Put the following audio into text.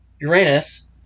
Uranus